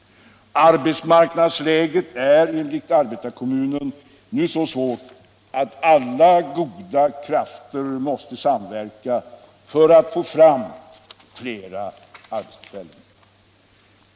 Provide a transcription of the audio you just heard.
Arbetsmarknadsläget är enligt arbetarekommunen nu så svårt att alla goda krafter måste samverka för att få fram flera arbetstillfällen.